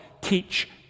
teach